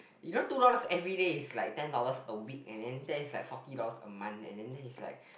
you know two dollars every day is like ten dollars a week and then there is like forty dollars a month and then that is like